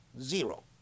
zero